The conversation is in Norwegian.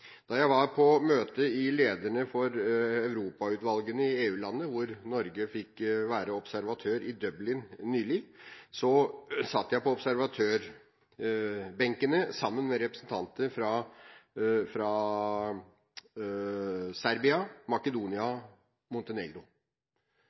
Da jeg var på møtet med lederne for europautvalgene i EU-landene i Dublin nylig, hvor Norge fikk være observatør, satt jeg på observatørbenken sammen med representanter fra Serbia, Makedonia